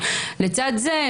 לצד זה,